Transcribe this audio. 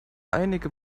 einige